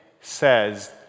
says